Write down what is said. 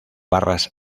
barras